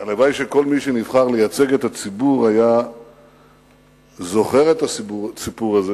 הלוואי שכל מי שנבחר לייצג את הציבור היה זוכר את הסיפור הזה